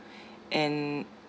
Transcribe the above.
and